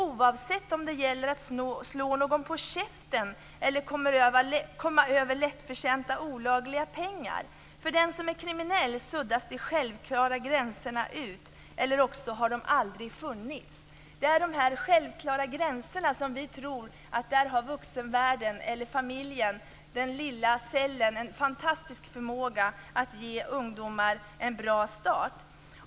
"Oavsett om det gäller att slå någon på käften eller komma över lättförtjänta olagliga pengar. För den som är kriminell suddas de självklara gränserna ut, eller också har de aldrig funnits." Det är just i fråga om de här självklara gränserna som vi tror att vuxenvärlden eller familjen, den lilla cellen, har en fantastisk förmåga att ge ungdomar en bra start.